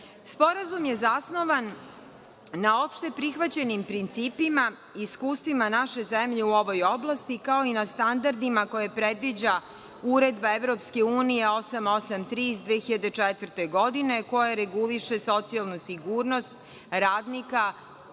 decu. Sporazum je zasnovan na opšte prihvaćenim principima, iskustvima naše zemlje u ovoj oblasti, kao i na standardima koje predviđa Uredba EU 883 iz 2004. godine koja reguliše socijalnu sigurnost radnika